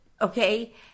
okay